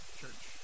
church